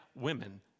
women